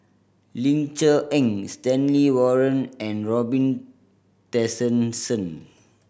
Ling Cher Eng Stanley Warren and Robin Tessensohn